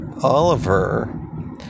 Oliver